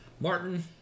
martin